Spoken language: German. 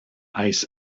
eis